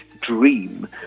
Dream